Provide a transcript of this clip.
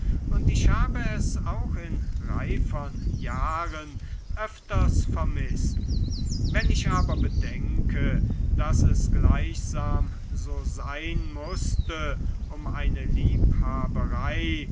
und ich habe es auch in reifern jahren öfters vermißt wenn ich aber bedenke daß es gleichsam so sein mußte um eine liebhaberei